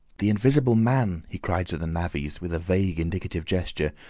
the invisible man! he cried to the navvies, with a vague indicative gesture,